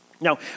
Now